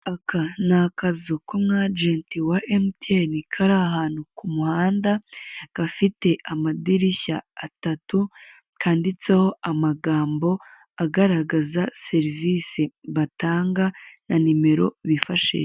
Aka ni akazu k'umu agenti wa emutiyeni kari ahantu ku muhanda gafite amadirishya atatu kanditseho amagambo agaragaza serivise batanga na nimero bifashisha.